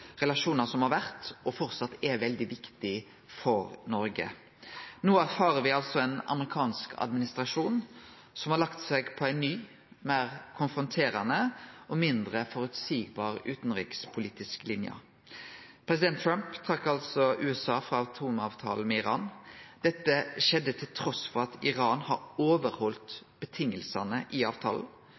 relasjonar som har vore og framleis er veldig viktige for Noreg. No erfarer me ein amerikansk administrasjon som har lagt seg på ei ny, meir konfronterande og mindre føreseieleg utanrikspolitisk linje. President Trump har trekt USA ut av atomavtalen med Iran. Dette skjedde trass i at Iran har halde seg til vilkåra i avtalen,